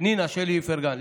פנינה שלי איפרגן,